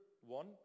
one